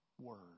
word